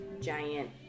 giant